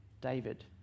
David